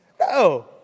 No